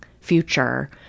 future